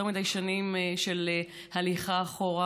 יותר מדי שנים של הליכה אחורה,